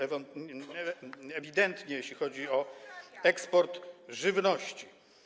ewidentnie, jeśli chodzi o eksport żywności.